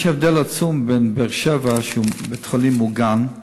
יש הבדל עצום בין באר-שבע, שהוא בית-חולים ממוגן,